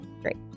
great